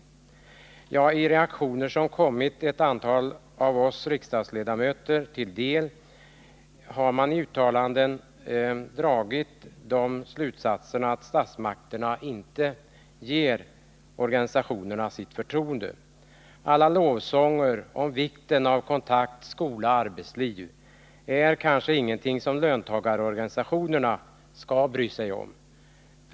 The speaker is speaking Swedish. Ja, att döma av de reaktioner som har kommit ett antal av oss riksdagsledamöter till del i uttalanden har de dragit slutsatsen att de inte har statsmakternas förtroende. Alla lovsånger om vikten av kontakt mellan skola och arbetsliv är kanske ingenting som löntagarorganisationerna skall bry sig om.